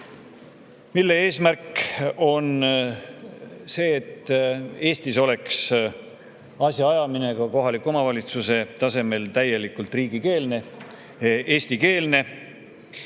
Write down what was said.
mille eesmärk on see, et Eestis oleks asjaajamine ka kohaliku omavalitsuse tasandil täielikult riigikeelne, eestikeelne,